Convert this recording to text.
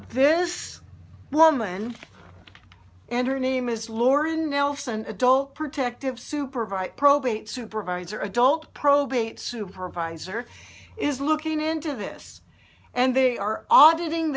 this woman and her name is lauren nelson adult protective supervisor probate supervisor adult probate supervisor is looking into this and they are auditing